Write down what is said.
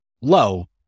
low